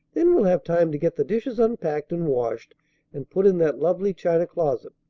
then we'll have time to get the dishes unpacked and washed and put in that lovely china-closet.